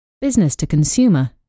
Business-to-Consumer